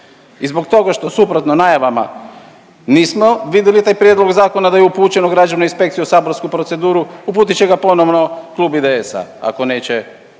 i zbog toga što suprotno najavama nismo vidjeli taj prijedlog zakona da je upućen u građevnu inspekciju u saborsku proceduru, uputit će ga ponovno Klub IDS-a ako neće